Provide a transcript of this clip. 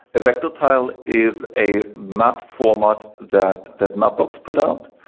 a vector tile is a map format that that mapbox put out.